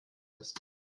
lässt